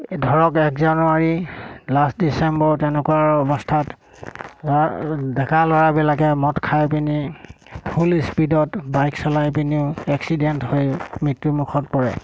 ধৰক এক January last December তেনেকুৱা অৱস্থাত ধ ডেকা ল'ৰাবিলাকে মদ খাই পিনি ফুল স্পীডত বাইক চলাই পিনিও এক্সিডেণ্ট হৈ মৃত্যুমুখত পৰে